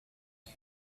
man